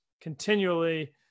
continually